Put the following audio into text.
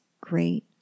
great